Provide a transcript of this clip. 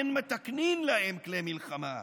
אין מתקנין להם כלי מלחמה,